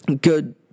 good